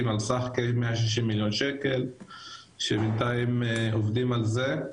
על סך כ-160 מיליון ₪ שבינתיים עובדים על זה,